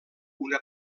una